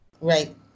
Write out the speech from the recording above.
right